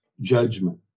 judgment